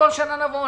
בכל שנה נבוא,